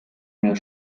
mehr